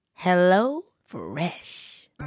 HelloFresh